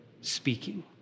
speaking